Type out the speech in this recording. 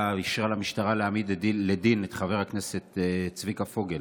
ואישרה למשטרה להעמיד לדין את חבר הכנסת צביקה פוגל